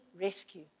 rescue